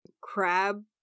crab